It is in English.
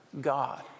God